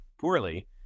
poorly